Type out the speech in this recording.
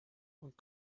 und